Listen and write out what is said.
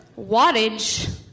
Wattage